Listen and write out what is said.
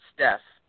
Steph –